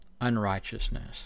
unrighteousness